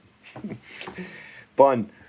Fun